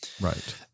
Right